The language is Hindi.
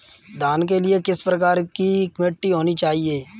धान के लिए किस प्रकार की मिट्टी होनी चाहिए?